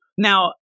Now